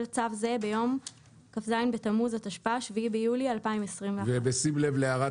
צו זה ביום כ"ז בתמוז התשפ"א (7 ביולי 2021). ובשים לב להערת